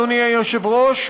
אדוני היושב-ראש,